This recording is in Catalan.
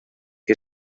que